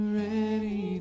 ready